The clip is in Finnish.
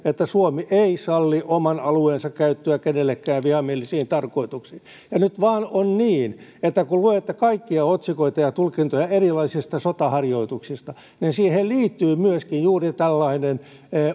että suomi ei salli oman alueensa käyttöä kenellekään vihamielisiin tarkoituksiin nyt vain on niin että kun luette kaikkia otsikoita ja tulkintoja erilaisista sotaharjoituksista niin siihen liittyy myöskin juuri tällainen